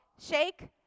shake